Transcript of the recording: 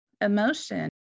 emotion